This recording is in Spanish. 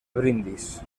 brindis